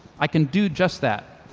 i can do just that.